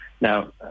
Now